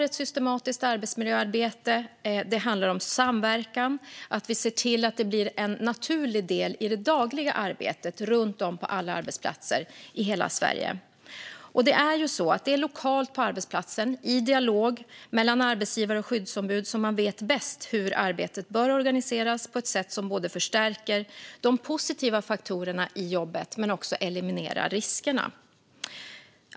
Ett systematiskt arbetsmiljöarbete handlar om samverkan och att se till att det blir en naturlig del i det dagliga arbetet på alla arbetsplatser i hela Sverige. Det är lokalt på arbetsplatsen, i dialog mellan arbetsgivare och skyddsombud, man vet bäst hur arbetet bör organiseras på ett sätt som både förstärker de positiva faktorerna i jobbet och eliminerar riskerna.